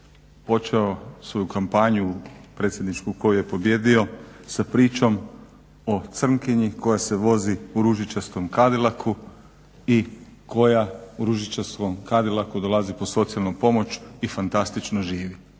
počeo svoju kampanju predsjedničku u kojoj je pobijedio sa pričom o crnkinji koja se vozi u ružičastom Cadilacu i koja u ružičastom Cadilacu dolazi po socijalnu pomoć i fantastično živi.